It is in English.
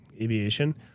aviation